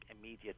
immediate